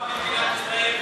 מדינת ישראל,